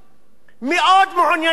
מאוד מעוניינים לעבוד,